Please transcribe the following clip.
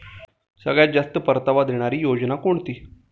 सगळ्यात जास्त परतावा देणारी योजना कोणती?